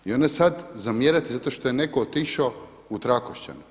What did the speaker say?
I onda sada zamjerate zato što je netko otišao u Trakošćan.